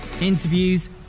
interviews